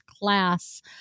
class